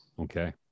Okay